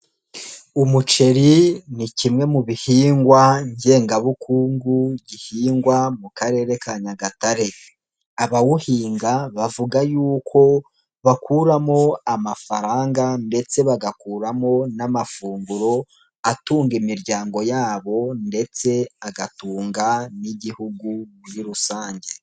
Umuceri ni kimwe mu bihingwa ngengabukungu gihingwa mu karere ka Nyagatare, abawuhinga bavuga yuko bakuramo amafaranga ndetse bagakuramo n'amafunguro atunga imiryango yabo ndetse agatunga n'Igihugu muri rusange.